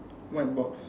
white box